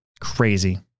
crazy